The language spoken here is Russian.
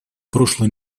прошлой